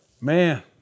man